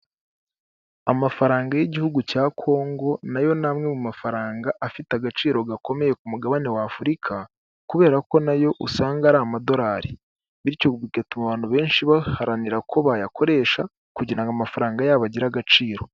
Amafaranga y'igihugu cya Kongo nayo ni amwe mu mafaranga afite agaciro gakomeye ku mugabane w'Afurika kubera ko nayo usanga ari amadorari, bityo bigatuma abantu benshi baharanira ko bayakoresha kugira ngo amafaranga yabo agire agaciro.